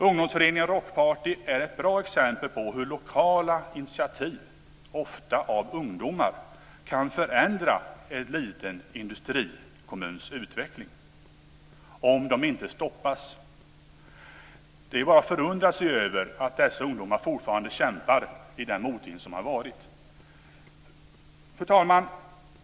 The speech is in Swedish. Ungdomsföreningen Rockparty är ett bra exempel på hur lokala initiativ, ofta av ungdomar, kan förändra en liten industrikommuns utveckling om de inte stoppas. Det är bara att förundras över att dessa ungdomar, med tanke på den motvind som varit, fortfarande kämpar.